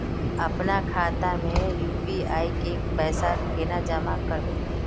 अपना खाता में यू.पी.आई के पैसा केना जाहा करबे?